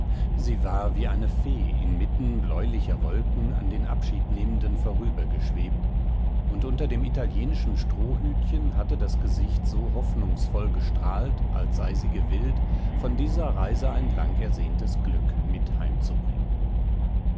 sie war wie eine fee inmitten bläulicher wolken an den abschiednehmenden vorübergeschwebt und unter dem italienischen strohhütchen hatte das gesicht so hoffnungsvoll gestrahlt als sei sie gewillt von dieser reise ein langersehntes glück mit heimzubringen